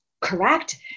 Correct